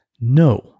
No